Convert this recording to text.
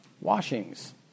Washings